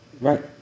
Right